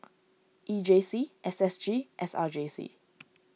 E J C S S G S R J C